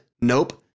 Nope